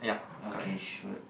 okay sure